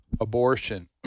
abortion